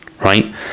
right